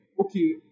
okay